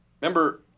Remember